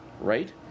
right